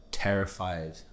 terrified